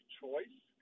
choice